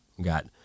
Got